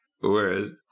whereas